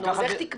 אבל איך תקבע?